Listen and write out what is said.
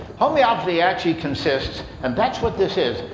homeopathy actually consists and that's what this is.